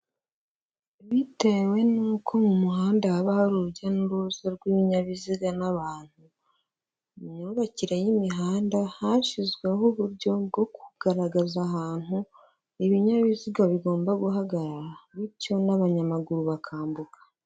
Bitewe n'uko mu muhanda haba hari urujya n'uruza rw'ibinyabiziga n'abantu, mu myubakire y'imihanda hashyizweho uburyo bwo kugaragaza ahantu ibinyabiziga bigomba guhagarara, bityo n'abanyamaguru bakambuka.